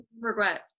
regret